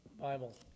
Bible